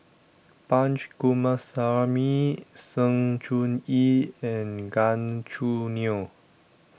Punch Coomaraswamy Sng Choon Yee and Gan Choo Neo